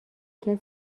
کسی